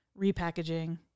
repackaging